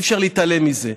אי-אפשר להתעלם מזה,